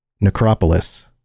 Necropolis